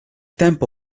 tempo